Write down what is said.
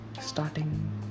Starting